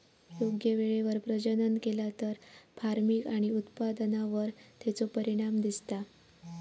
योग्य वेळेवर प्रजनन केला तर फार्मिग आणि उत्पादनावर तेचो परिणाम दिसता